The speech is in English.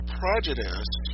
prejudice